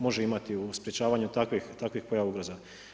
Može imati u sprečavanju takvih pojava ugroza.